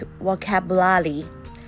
vocabulary